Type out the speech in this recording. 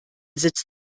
sitzt